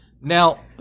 Now